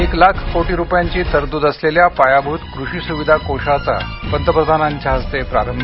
एक लाख कोटी रुपयांची तरतूद असलेल्या पायाभूत कृषी सुविधा कोषाचा पंतप्रधानांच्या हस्ते प्रारंभ